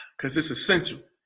because it's essential,